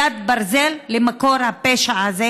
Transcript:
הגיע הזמן לפסקת התבגרות,